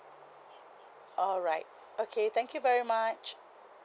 alright okay thank you very much